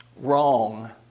wrong